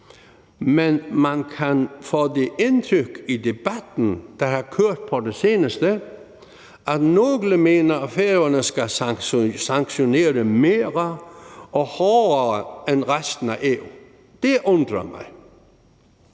Men man kan få det indtryk i debatten, der har kørt på det seneste, at nogle mener, at Færøerne skal sanktionere mere og hårdere end resten af EU. Det undrer mig.